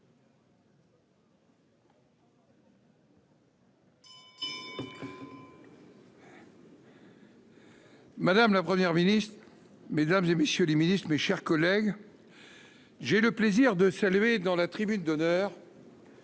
Madame la Première ministre, mesdames, messieurs les ministres, mes chers collègues, j'ai le plaisir de saluer, dans la tribune d'honneur,